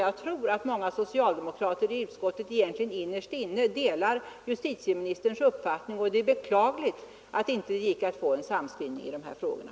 Jag tror att många socialdemokrater i utskottet egentligen innerst inne delar justitieministerns uppfattning. Det är alltså beklagligt att det inte gick att få en samskrivning i de här frågorna.